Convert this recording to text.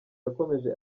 yakomeje